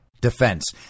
defense